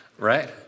Right